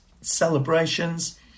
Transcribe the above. celebrations